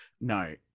No